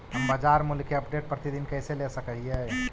हम बाजार मूल्य के अपडेट, प्रतिदिन कैसे ले सक हिय?